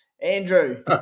Andrew